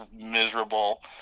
miserable